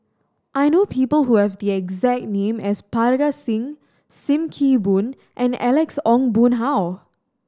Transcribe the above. I know people who have the exact name as Parga Singh Sim Kee Boon and Alex Ong Boon Hau